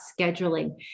scheduling